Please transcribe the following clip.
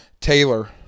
Taylor